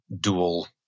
dual